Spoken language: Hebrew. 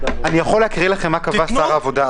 אני יכול לקרוא לכם מה קבע אז שר העבודה.